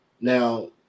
Now